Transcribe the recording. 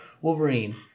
Wolverine